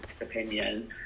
opinion